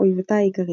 אויבתה העיקרית,